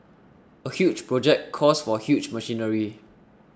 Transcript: a huge project calls for huge machinery